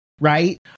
right